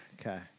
okay